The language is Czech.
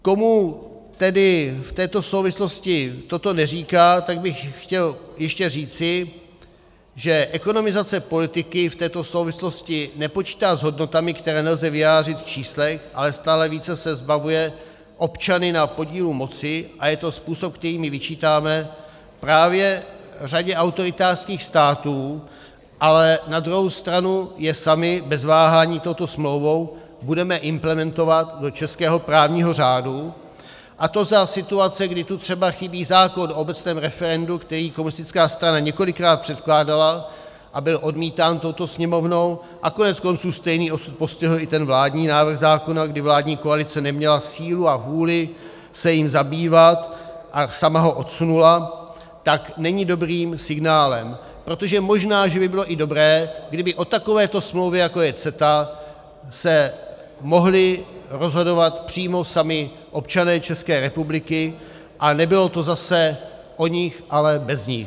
Komu tedy v této souvislosti toto neříká, tak bych chtěl ještě říci, že ekonomizace politiky v této souvislosti nepočítá s hodnotami, které nelze vyjádřit v číslech, ale stále více se zbavuje občany na podílu moci a je to způsob, který my vyčítáme právě řadě autoritářských států, ale na druhou stranu je sami bez váhání touto smlouvou budeme implementovat do českého právního řádu, a to za situace, kdy tu třeba chybí zákon o obecné referendu, který komunistická strana několikrát předkládala a byl odmítán touto Sněmovnou, a koneckonců stejný osud postihl i ten vládní návrh zákona, kdy vládní koalice neměla sílu a vůli se jím zabývat a sama ho odsunula, tak není dobrým signálem, protože možná, že by bylo i dobré, kdyby o takovéto smlouvě, jako je CETA, se mohli rozhodovat přímo sami občané České republiky a nebylo to zase o nich, ale bez nich.